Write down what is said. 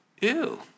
ew